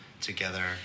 together